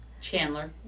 Chandler